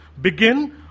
Begin